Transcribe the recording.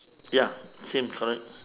ya same correct